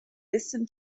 listen